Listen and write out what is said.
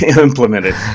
implemented